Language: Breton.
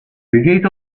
pegeit